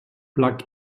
plug